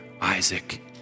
Isaac